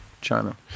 China